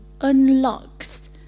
unlocks